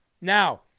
Now